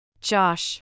Josh